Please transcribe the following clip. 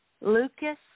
Lucas